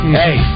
hey